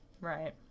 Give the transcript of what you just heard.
Right